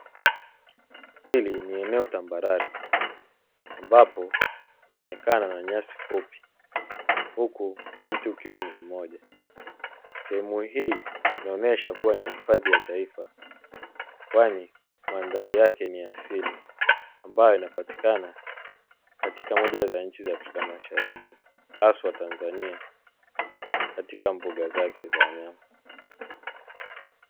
Hili ni eneo tambarare ambako kunaonekana na nyasi fupi huku mti ukiwa ni mmoja. Sehemu hii inaonyesha kuwa ni hifadhi ya taifa kwani mandhari yake ni ya asili, ambayo inapatikana katika moja ya nchi za Afrika mashariki haswa Tanzania, katika mbuga zake za wanyama.